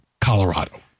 Colorado